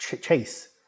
chase